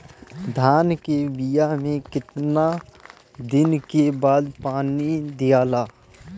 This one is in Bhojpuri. धान के बिया मे कितना दिन के बाद पानी दियाला?